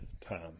time